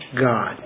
God